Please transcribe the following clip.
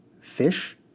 Fish